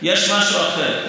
יש משהו אחר.